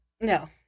No